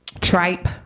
Tripe